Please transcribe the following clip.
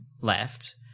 left